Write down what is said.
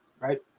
right